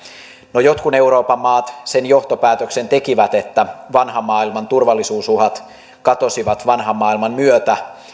no jotkut euroopan maat sen johtopäätöksen tekivät että vanhan maailman turvallisuusuhat katosivat vanhan maailman myötä